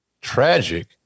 tragic